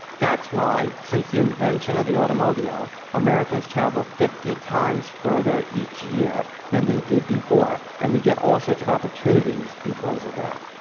that's why since the invention of the automobile, americans travel fifty times further each year than they did before, and we get all sorts of opportunities because of that.